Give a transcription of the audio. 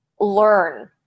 learn